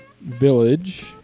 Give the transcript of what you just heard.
village